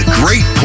great